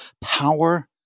power